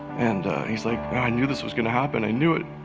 and he's like, i knew this was gonna happen. i knew it.